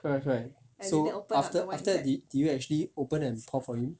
correct correct so after after did did you actually open and pour for him